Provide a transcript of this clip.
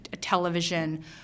television